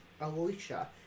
Alicia